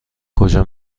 کجا